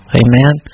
amen